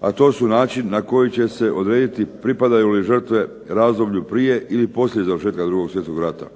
a to je način na koji će se odrediti pripadaju li žrtve razdoblju prije ili poslije završetka 2. Svjetskog rata